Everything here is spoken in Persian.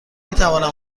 میتوانم